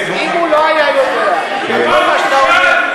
אם הוא לא היה יודע את כל מה שאתה אומר,